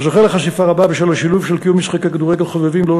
הזוכה לחשיפה רבה בשל השילוב של קיום משחקי כדורגל חובבים ללא